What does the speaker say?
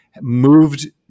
moved